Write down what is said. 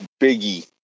Biggie